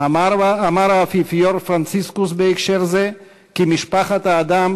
אמר האפיפיור פרנציסקוס בהקשר זה כי משפחת האדם